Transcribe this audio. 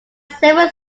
several